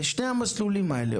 בשני המסלולים האלה,